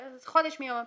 חודש מיום הפרסום.